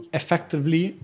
effectively